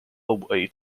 away